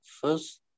First